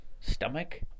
stomach